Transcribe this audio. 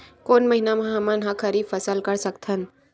कोन महिना म हमन ह खरीफ फसल कर सकत हन?